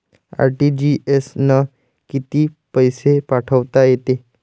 RTGS न कितीक पैसे पाठवता येते?